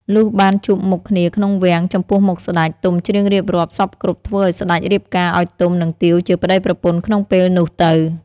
លុះបានជួបមុខគ្នាក្នុងវាំងចំពោះមុខសេ្តច ទុំច្រៀងរៀបរាប់សព្វគ្រប់ធ្វើឲ្យសេ្តចរៀបការឲ្យទុំនឹងទាវជាប្តីប្រពន្ធក្នុងពេលនោះទៅ ។